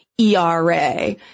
ERA